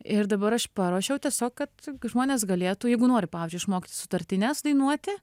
ir dabar aš paruošiau tiesiog kad žmonės galėtų jeigu nori pavyzdžiui išmokti sutartines dainuoti